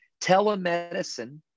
telemedicine